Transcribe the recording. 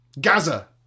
Gaza